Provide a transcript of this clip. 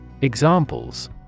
Examples